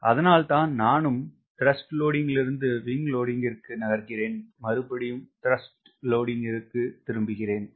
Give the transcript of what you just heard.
அதனால்தான் நானும் TWலிருந்து WSகிற்கு நகர்கிறான் மறுபடியும் TWவிற்கு திரும்புகிறேன்